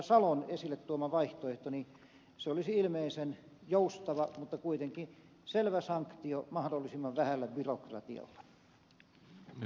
salon esille tuoma vaihtoehto se olisi ilmeisen joustava mutta kuitenkin selvä sanktio mahdollisimman vähällä byrokratialla